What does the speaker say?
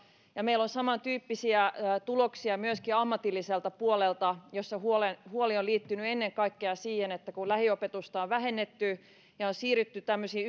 meillä on samantyyppisiä tuloksia myöskin ammatilliselta puolelta jossa huoli on liittynyt ennen kaikkea siihen että kun lähiopetusta on vähennetty ja on siirrytty tämmöisiin